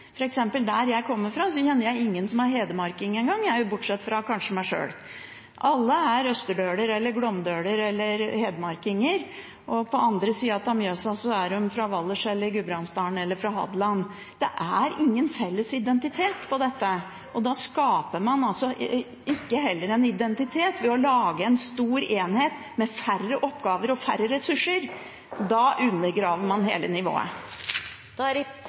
landet. Der jeg kommer fra, f.eks., kjenner jeg ingen som er hedmarking en gang, kanskje bortsett fra meg sjøl. Alle er østerdøler, glåmdøler eller hedmarkinger, og på andre sida av Mjøsa er de fra Valdres, fra Gudbrandsdalen eller fra Hadeland. Det er ingen felles identitet, og man skaper heller ikke en identitet ved å lage en stor enhet med færre oppgaver og færre ressurser. Da undergraver man hele nivået. Replikkordskifter er dermed over. Igjen er datoen 8. juni. Da ble det gjort avtaler når det gjelder regioninndelingen, men på bordet i